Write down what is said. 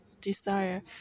desire